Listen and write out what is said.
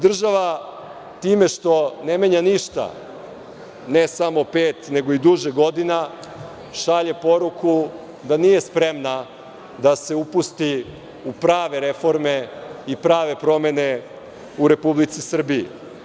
Država time što ne menja ništa ne samo pet nego i duže godina, šalje poruku da nije spremna da se upusti u prave reforme i prave promene u Republici Srbiji.